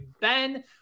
Ben